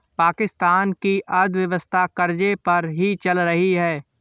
पाकिस्तान की अर्थव्यवस्था कर्ज़े पर ही चल रही है